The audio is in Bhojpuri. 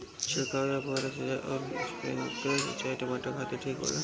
छिड़काव या फुहारा सिंचाई आउर स्प्रिंकलर सिंचाई टमाटर खातिर ठीक होला?